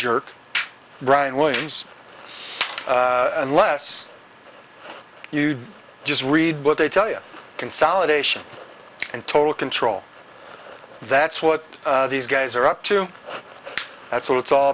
jerk brian williams unless you just read what they tell you consolidation and total control that's what these guys are up to that's what it's all